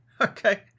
Okay